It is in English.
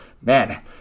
man